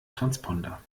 transponder